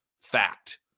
fact